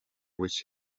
which